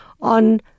on